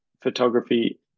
photography